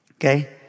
okay